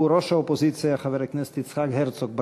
הוא ראש האופוזיציה חבר הכנסת יצחק הרצוג.